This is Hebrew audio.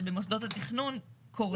זה במוסדות התכנון קורה.